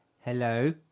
Hello